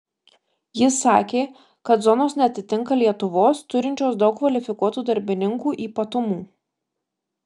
jis sakė kad zonos neatitinka lietuvos turinčios daug kvalifikuotų darbininkų ypatumų